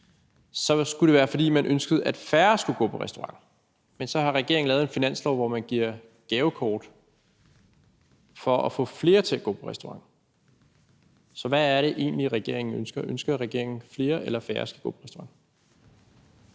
lukket, er det, fordi man ønsker, at færre skal gå på restaurant, men så har regeringen lavet en finanslov, hvor man giver gavekort for at få flere til at gå på restaurant. Så hvad er det egentlig, regeringen ønsker? Ønsker regeringen, at flere eller færre skal gå på restaurant?